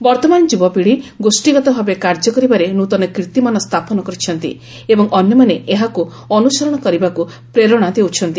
ବର୍ତ୍ତମାନ ଯୁବପିଢି ଗୋଷ୍ଠୀଗତଭାବେ କାର୍ଯ୍ୟ କରିବାରେ ନୃତନ କୀର୍ତ୍ତିମାନ ସ୍ଥାପନ କରିଛନ୍ତି ଏବଂ ଅନ୍ୟମାନେ ଏହାକୁ ଅନୁସରଣ କରିବାକୁ ପ୍ରେରଣା ଦେଉଛନ୍ତି